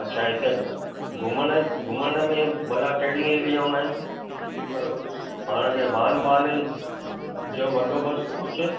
अच्छा हिते घु घुमण घुमण में भला कहिड़ी एरियाऊं आहिनि पाण खे वाहन वाहन जो बंदोबस्तु कुझु